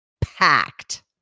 packed